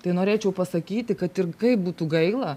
tai norėčiau pasakyti kad ir kaip būtų gaila